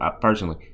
personally